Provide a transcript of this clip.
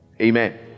Amen